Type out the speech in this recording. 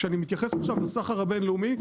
כשאני מתייחס גם לסחר הבינלאומי,